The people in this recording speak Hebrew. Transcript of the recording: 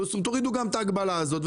תורידו גם את ההגבלה הזאת,